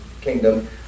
kingdom